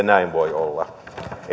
näin voi olla ei tarvitse